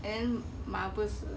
and then mah 不是